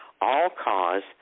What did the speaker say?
all-cause